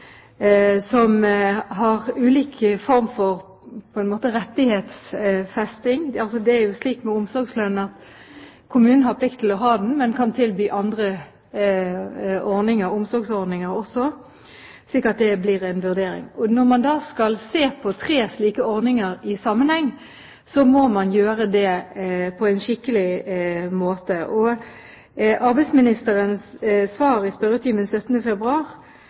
som har ulik form for rettighetsfesting. Det er jo slik med omsorgslønn at kommunen har plikt til å ha den, men kan tilby andre omsorgsordninger også. Så det blir en vurdering. Når man da skal se på tre slike ordninger i sammenheng, må man gjøre det på en skikkelig måte, og arbeidsministeren sa jo i sitt svar i spørretimen 17. februar